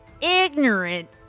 ignorant